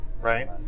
right